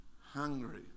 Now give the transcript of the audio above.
hungry